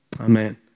Amen